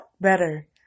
better